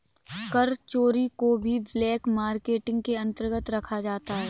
कर चोरी को भी ब्लैक मार्केटिंग के अंतर्गत रखा जाता है